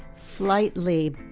flightly.